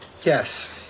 yes